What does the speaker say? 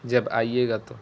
جب آئیے گا تو